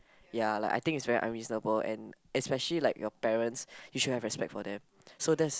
ya like I think it's very unreasonable and especially like your parents you should have respect for them